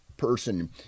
person